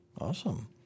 Awesome